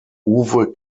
uwe